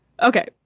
Okay